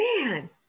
man